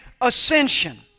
ascension